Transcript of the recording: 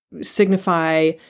signify